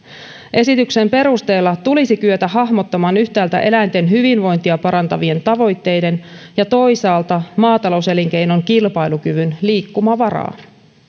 esityksen perusteella tulisi kyetä hahmottamaan yhtäältä eläinten hyvinvointia parantavien tavoitteiden ja toisaalta maatalouselinkeinon kilpailukyvyn liikkumavaraa